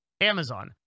Amazon